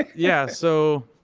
yeah. so,